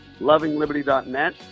LovingLiberty.net